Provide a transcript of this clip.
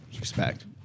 Respect